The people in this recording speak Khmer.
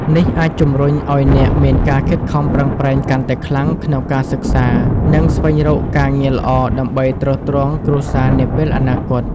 នេះអាចជំរុញឱ្យអ្នកមានការខិតខំប្រឹងប្រែងកាន់តែខ្លាំងក្នុងការសិក្សា និងស្វែងរកការងារល្អដើម្បីទ្រទ្រង់គ្រួសារនាពេលអនាគត។